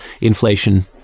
inflation